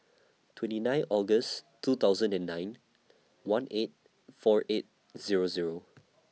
twenty nine August two thousand and nine one eight four eight Zero Zero